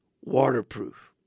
waterproof